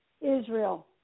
Israel